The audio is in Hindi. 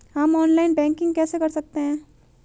हम ऑनलाइन बैंकिंग कैसे कर सकते हैं?